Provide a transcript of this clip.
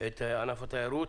ענף התיירות.